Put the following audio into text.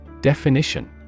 Definition